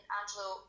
angelo